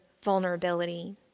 vulnerability